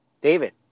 David